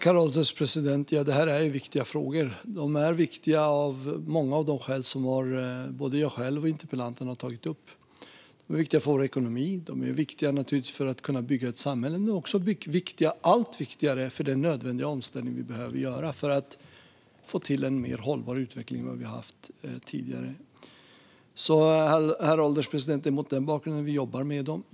Herr ålderspresident! Det här är viktiga frågor. De är viktiga av många av de skäl som både jag själv och interpellanten har tagit upp. De är viktiga för vår ekonomi, och de är naturligtvis viktiga för att kunna bygga ett samhälle. Men de är också allt viktigare för den nödvändiga omställning vi behöver göra för att få till en mer hållbar utveckling än vad vi har haft tidigare. Herr ålderspresident! Det är mot den bakgrunden vi jobbar med frågorna.